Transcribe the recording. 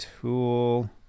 tool